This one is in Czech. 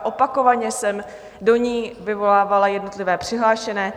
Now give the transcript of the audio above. Opakovaně jsem do ní vyvolávala jednotlivé přihlášené.